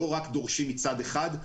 לא רק דורשים מצד אחד.